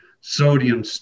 sodium